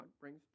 brings